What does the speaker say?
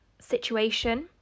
situation